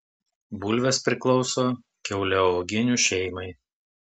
bulvės priklauso kiauliauoginių šeimai